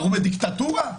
אנחנו בדיקטטורה?